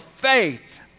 faith